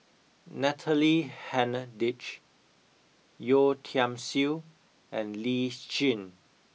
Natalie Hennedige Yeo Tiam Siew and Lee Tjin